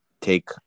take